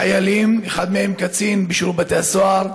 חיילים, אחד מהם קצין בשירות בתי הסוהר,